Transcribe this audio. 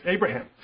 Abraham